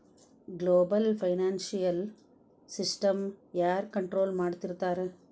Global financial ಸಿಸ್ಟಮ್ನ ಯಾರ್ control ಮಾಡ್ತಿರ್ತಾರ?